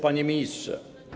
Panie Ministrze!